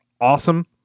awesome